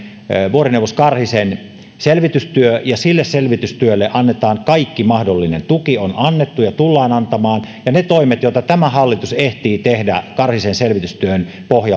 vuorineuvos karhisen selvitystyö sille selvitystyölle annetaan kaikki mahdollinen tuki on annettu ja tullaan antamaan ja ne toimet joita tämä hallitus ehtii tehdä karhisen selvitystyön